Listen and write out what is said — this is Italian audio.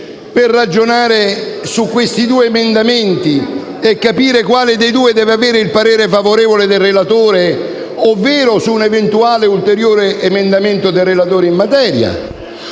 per ragionare su questi due emendamenti e capire quale dei due deve avere il parere favorevole del relatore, ovvero su un eventuale ulteriore emendamento del relatore in materia)